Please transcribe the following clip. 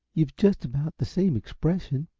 you've just about the same expression.